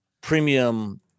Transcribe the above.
premium